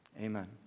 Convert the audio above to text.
Amen